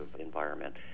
environment